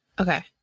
Okay